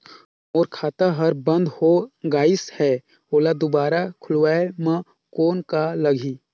मोर खाता हर बंद हो गाईस है ओला दुबारा खोलवाय म कौन का लगही?